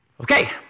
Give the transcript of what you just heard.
Okay